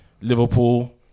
Liverpool